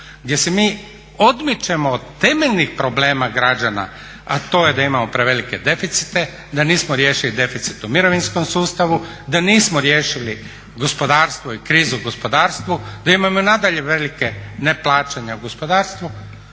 gdje se mi odmičemo od temeljnih problema građana, a to je da imamo prevelike deficite, da nismo riješili deficit u mirovinskom sustavu, da nismo riješili gospodarstvo i krizu u gospodarstvu, da imamo i nadalje velike neplaćanja u gospodarstvu.